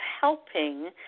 helping